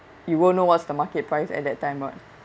you won't know what's the market price at that time [what]